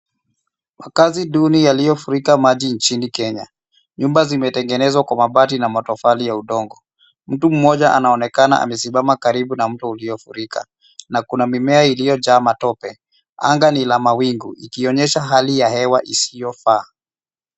Makazi duni yaliofurika maji nchini Kenya. Nyumba zimetengenezwa kwa mabati na matofali ya udongo. Mtu mmoja anaonekana amesimama karibu na mto uliofurika, na kuna mimea iliojaa matope. Anga ni la mawingu, ikionyesha hali ya hewa isiofaa.